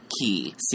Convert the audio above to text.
key